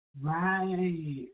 Right